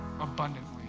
abundantly